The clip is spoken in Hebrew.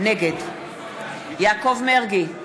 נגד יעקב מרגי,